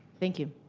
thank you.